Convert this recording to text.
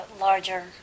larger